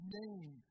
name